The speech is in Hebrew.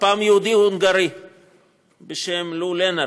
הפעם יהודי הונגרי בשם לו לנרט,